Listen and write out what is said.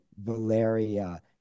Valeria